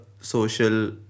social